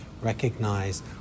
recognize